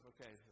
Okay